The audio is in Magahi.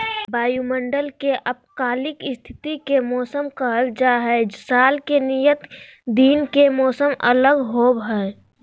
वायुमंडल के अल्पकालिक स्थिति के मौसम कहल जा हई, साल के नियत दिन के मौसम अलग होव हई